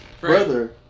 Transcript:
brother